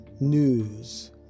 news